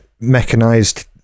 mechanized